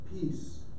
Peace